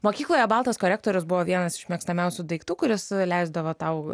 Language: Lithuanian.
mokykloje baltas korektorius buvo vienas iš mėgstamiausių daiktų kuris leisdavo tau